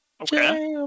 Okay